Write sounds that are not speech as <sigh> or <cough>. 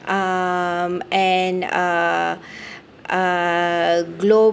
um and uh <breath> uh glo~